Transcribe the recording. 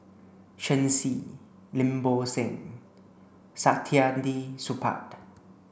Shen Xi Lim Bo Seng Saktiandi Supaat